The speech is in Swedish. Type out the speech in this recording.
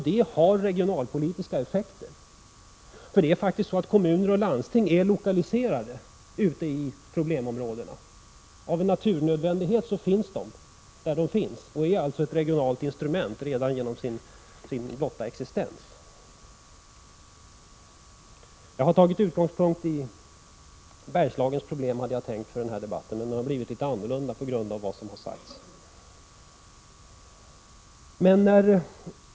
Detta har regionalpolitiska effekter, därför att kommuner och landsting är lokaliserade ute i problemområdena. Av en naturnödvändighet finns de där de finns och är alltså ett regionalt instrument redan genom sin blotta existens. Jag hade tänkt ta Bergslagens problem som utgångspunkt för denna debatt, men det har blivit litet annorlunda, på grund av vad som tidigare har sagts.